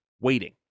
waiting